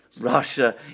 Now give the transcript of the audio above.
russia